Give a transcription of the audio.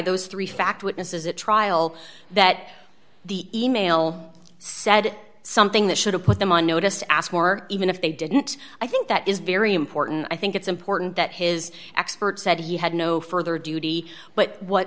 those three fact witnesses at trial that the e mail said something that should have put them on notice to ask more even if they didn't i think that is very important i think it's important that his expert said he had no further duty but what